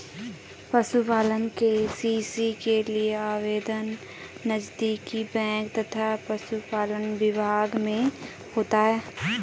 पशुपालन के.सी.सी के लिए आवेदन नजदीकी बैंक तथा पशुपालन विभाग में होता है